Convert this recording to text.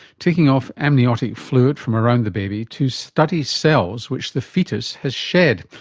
taking off amniotic fluid from around the baby to study cells which the foetus has shed.